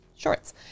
Shorts